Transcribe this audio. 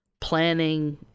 planning